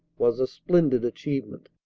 was a splendid achievement.